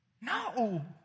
No